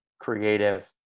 creative